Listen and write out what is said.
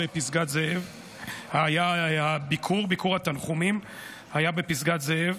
היה ביקור, ביקור התנחומים היה בפסגת זאב.